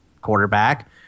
quarterback